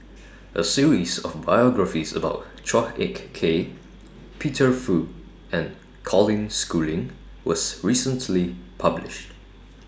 A series of biographies about Chua Ek Kay Peter Fu and Colin Schooling was recently published